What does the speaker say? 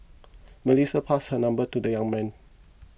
Melissa passed her number to the young man